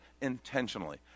intentionally